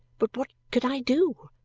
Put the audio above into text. but what could i do?